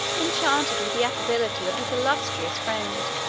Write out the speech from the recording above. enchanted with the affability of his illustrious friend,